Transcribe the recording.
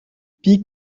pis